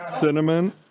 cinnamon